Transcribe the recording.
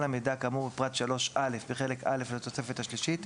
המידע כאמור בפרט 3א בחלק א' לתוספת השלישית